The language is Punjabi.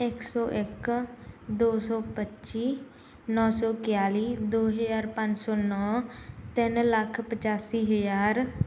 ਇੱਕ ਸੌ ਇੱਕ ਦੋ ਸੌ ਪੱਚੀ ਨੌਂ ਸੌ ਇੱਕਤਾਲੀ ਦੋ ਹਜ਼ਾਰ ਪੰਜ ਸੌ ਨੌਂ ਤਿੰਨ ਲੱਖ ਪਚਾਸੀ ਹਜ਼ਾਰ